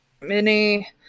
Mini